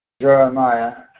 Jeremiah